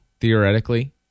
Theoretically